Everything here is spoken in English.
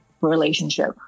relationship